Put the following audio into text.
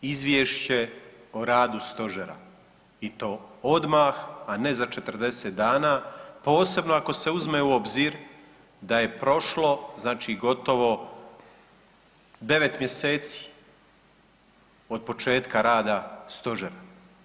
Tražili smo izvješće o radu stožera i to odmah, a ne za 40 dana posebno ako se uzme u obzir da je prošlo znači gotovo 9 mjeseci od početka rada stožera.